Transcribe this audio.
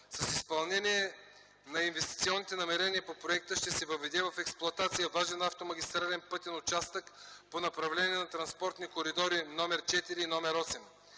С изпълнение на инвестиционните намерения по проекта ще се въведе в експлоатация важен автомагистрален пътен участък по направление на транспортни коридори № ІV и № VІІІ.